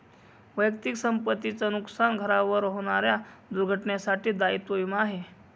वैयक्तिक संपत्ती च नुकसान, घरावर होणाऱ्या दुर्घटनेंसाठी दायित्व विमा आहे